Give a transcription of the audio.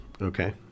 Okay